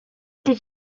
did